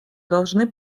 должны